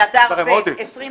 י״ג באדר ב׳ התשע׳׳ט,